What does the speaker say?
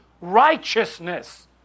righteousness